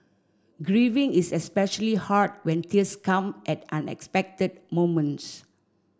grieving is especially hard when tears come at unexpected moments